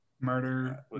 murder